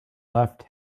left